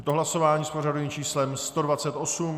Je to hlasování s pořadovým číslem 128.